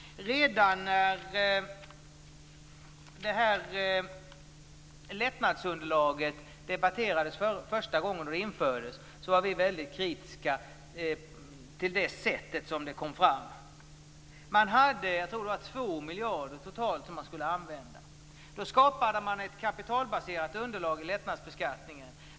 Redan när det här lättnadsunderlaget debatterades första gången då det infördes var vi väldigt kritiska till det sätt som det kom fram på. Jag tror att det var totalt 2 miljarder som skulle användas. Man skapade ett kapitalbaserat underlag i lättnadsbeskattningen.